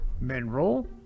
mineral